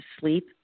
sleep